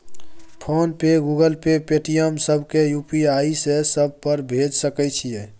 Phone पे, Google Pay, Paytm, सब के UPI से सब पर भेज सके छीयै?